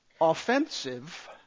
offensive